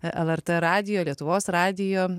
lrt radijo lietuvos radijo